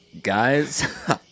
Guys